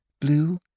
blue